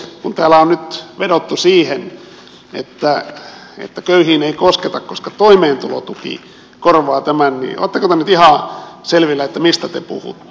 kun täällä on nyt vedottu siihen että köyhiin ei kosketa koska toimeentulotuki korvaa tämän niin oletteko te nyt ihan selvillä mistä te puhutte